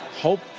hope